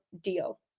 deal